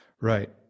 right